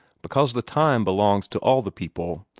because the time belongs to all the people,